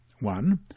One